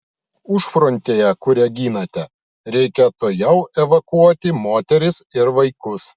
užfrontėje kurią ginate reikia tuojau evakuoti moteris ir vaikus